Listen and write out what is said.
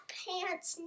pants